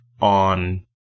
on